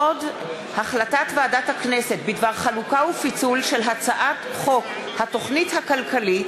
עוד הונחה החלטת ועדת הכנסת בדבר פיצול הצעת חוק התוכנית הכלכלית